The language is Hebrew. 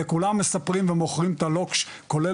לכולם מספרים ומוכרים את הלוקש כולל